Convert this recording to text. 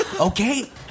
Okay